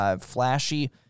flashy